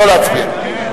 לא להצביע.